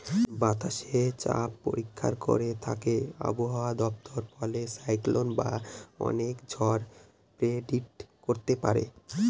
বাতাসের চাপ পরীক্ষা করে থাকে আবহাওয়া দপ্তর ফলে সাইক্লন বা অনেক ঝড় প্রেডিক্ট করতে পারে